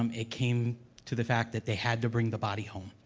um it came to the fact that they had to bring the body home.